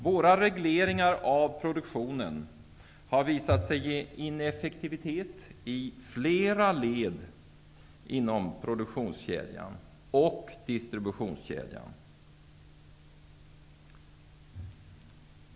Våra regleringar av produktionen har visat sig ge ineffektivitet i flera led inom produktions och distributionskedjan.